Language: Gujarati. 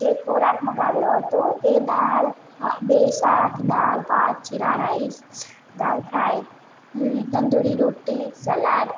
જે ખોરાક મંગાવ્યો હતો કે દાળ ભા બે શાક દાળ ભાત જીરા રાઈસ દાળ ફ્રાય તંદુરી રોટી સલાડ